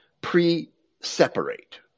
pre-separate